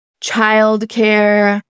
Childcare